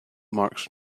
marks